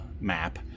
map